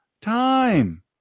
time